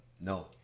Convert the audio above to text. No